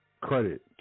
credit